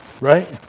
Right